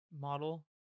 model